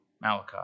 Malachi